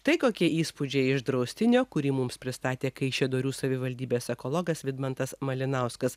tai kokie įspūdžiai iš draustinio kurį mums pristatė kaišiadorių savivaldybės ekologas vidmantas malinauskas